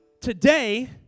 today